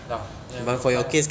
ya then you apply ah